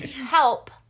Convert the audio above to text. help